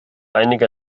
einige